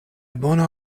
bona